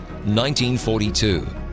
1942